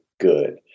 good